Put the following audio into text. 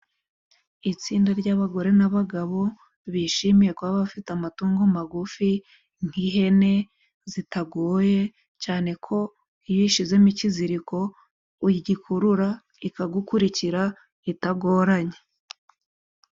Itsinda ry'abagore n'abagabo bishimiye kuba bafite amatungo magufi, nk'ihene zitagoye cyane ko iyo uyishizemo ikiziriko, ugikurura ikagukurikira itagoranye.